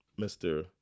Mr